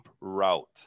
route